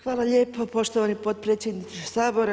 Hvala lijepo poštovani potpredsjedniče Sabora.